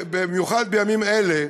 במיוחד בימים אלה,